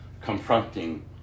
confronting